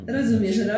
Rozumiesz